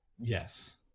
Yes